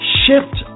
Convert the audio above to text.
shift